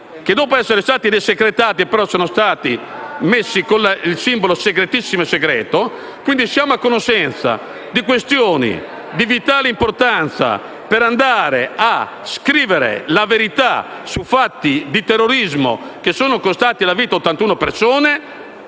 che, dopo essere stati desecretati, però sono stati identificati con il simbolo di «segretissimo» e «segreto», quindi siamo a conoscenza di questioni di vitale importanza per andare a scrivere la verità su fatti di terrorismo che sono costati la vita a 81 persone,